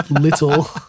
little